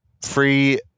free